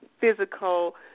physical